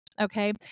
Okay